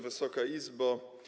Wysoka Izbo!